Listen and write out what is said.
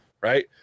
Right